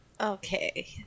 Okay